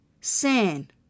sin